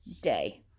day